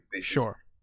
Sure